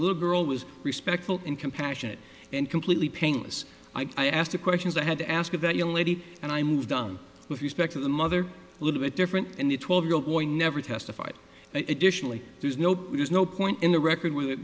little girl was respectful and compassionate and completely painless i asked the questions i had to ask that young lady and i moved on with respect to the mother a little bit different in the twelve year old boy never testified additionally there's no but there's no point in the record with